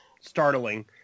startling